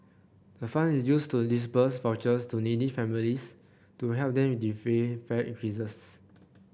the fund is used to disburse vouchers to needy families to help them defray fare increases